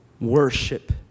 Worship